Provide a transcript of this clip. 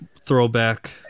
throwback